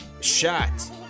shot